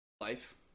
life